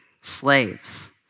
slaves